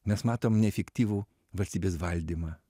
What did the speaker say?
mes matom neefektyvų valstybės valdymą